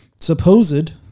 supposed